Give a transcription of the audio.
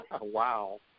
Wow